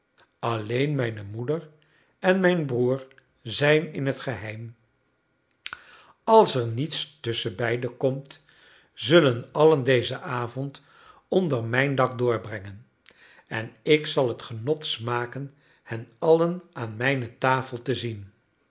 alleen mijne moeder en mijn broer zijn in het geheim als er niets tusschen beiden komt zullen allen dezen avond onder mijn dak doorbrengen en ik zal het genot smaken hen allen aan mijne tafel te zien